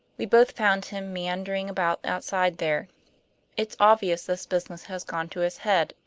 we both found him meandering about outside there it's obvious this business has gone to his head,